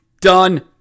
Done